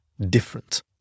different